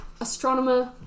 astronomer